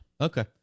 Okay